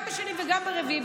גם בשני וגם ברביעי,